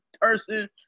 person